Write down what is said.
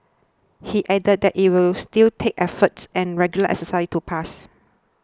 he added that it will still take efforts and regular exercise to pass